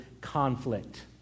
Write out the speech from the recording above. conflict